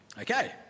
Okay